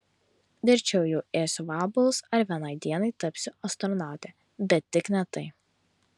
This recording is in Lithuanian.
verčiau jau ėsiu vabalus ar vienai dienai tapsiu astronaute bet tik ne tai